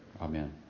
Amen